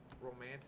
romantic